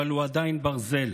אבל הוא עדיין ברזל.